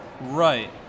Right